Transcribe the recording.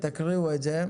תקריאו את זה,